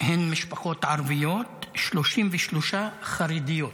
הן משפחות ערביות, 33% חרדיות,